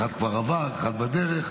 אחת כבר עברה, אחת בדרך.